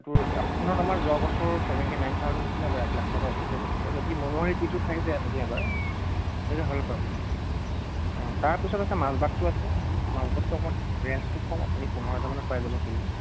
এইটো অ'কশ্যনত আমাৰ যোৱা বছৰ চেভেণ্টি নাইন থাউজেণ্ড হৈছিল এইবাৰ এক লাখ টকা উঠিছে গতিকে যদি মনোহাৰি টিটো খাইছে আপুনি এবাৰ তেনেহ'লে ভাল পাব অঁ তাৰপাছত আছে মাজবাটটো আছে মাজবাটটো অকণমান ৰেঞ্জটো কম আপুনি পোন্ধৰ হাজাৰ মানত পাই যাব কিলো